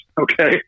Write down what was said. Okay